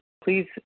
Please